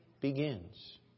begins